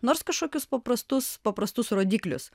nors kažkokius paprastus paprastus rodiklius